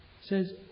says